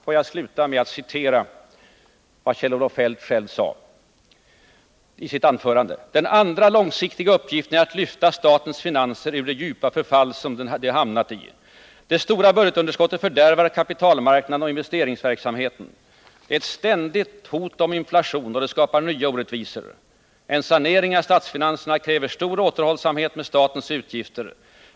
Får jag sluta med att citera vad Kjell-Olof Feldt själv sade i sitt anförande: ”Den andra långsiktiga uppgiften är att lyfta statens finanser ur det djupa förfall som de hamnat i. Det stora budgetunderskottet fördärvar kapitalmarknaden och investeringsverksamheten, det är ett ständigt hot om inflation, och det skapar nya orättvisor. En sanering av statsfinanserna kräver stor återhållsamhet med statens utgifter.